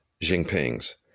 Jinping's